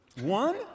One